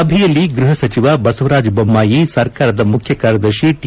ಸಭೆಯಲ್ಲಿ ಗ್ವಹ ಸಚಿವ ಬಸವರಾಜ ಬೊಮ್ನಾಯಿ ಸರ್ಕಾರದ ಮುಖ್ಯ ಕಾರ್ಯದರ್ಶಿ ಟಿ